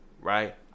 right